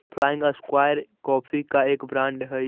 flying square coffee का एक brand हई